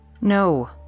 No